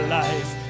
life